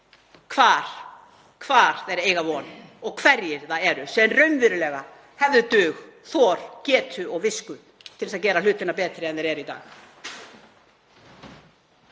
því hvar þeir eiga von og hverjir það eru sem raunverulega hefðu dug, þor, getu og visku til að gera hlutina betri en þeir eru í dag.